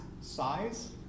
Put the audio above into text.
size